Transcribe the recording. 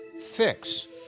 fix